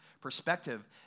perspective